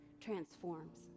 transforms